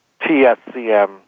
TSCM